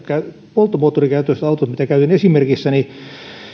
polttomoottorikäyttöiset autot mitä käytin esimerkissäni